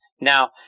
Now